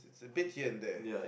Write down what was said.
it's a bit here and there